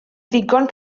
ddigon